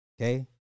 Okay